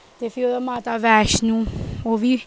ते फिर माता बैश्णो ओह्बी